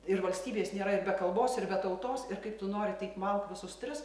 ir valstybės nėra ir be kalbos ir be tautos ir kaip tu nori taip mauk visus tris